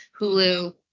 Hulu